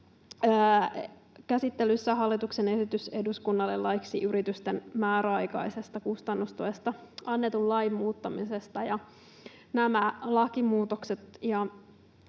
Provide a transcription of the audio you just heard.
käsittelyssä hallituksen esitys eduskunnalle laiksi yritysten määräaikaisesta kustannustuesta annetun lain muuttamisesta. Nämä lakimuutokset